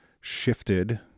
shifted